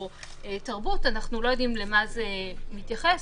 אנחנו ועדה מייעצת,